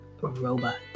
robots